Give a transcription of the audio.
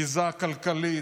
ביזה כלכלית,